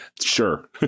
sure